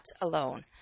alone